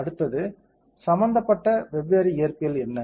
அடுத்தது சம்பந்தப்பட்ட வெவ்வேறு இயற்பியல் என்ன